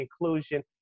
inclusion